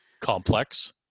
complex